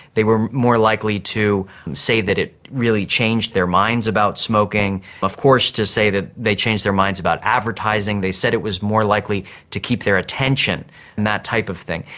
they were more likely to say that it really changed their minds about smoking, of course to say that they changed their minds about advertising. they said it was more likely to keep their attention and that type of thing.